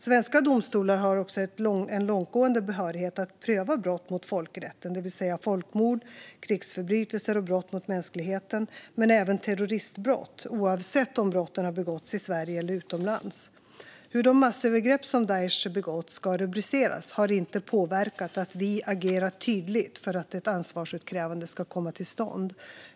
Svenska domstolar har också en långtgående behörighet att pröva brott mot folkrätten, det vill säga folkmord, krigsförbrytelser och brott mot mänskligheten, men även terroristbrott, oavsett om brotten har begåtts i Sverige eller utomlands. Hur de massövergrepp som Daish begått ska rubriceras har inte påverkat att vi agerat tydligt för att ett ansvarsutkrävande ska komma till stånd.